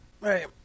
Right